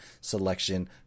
selection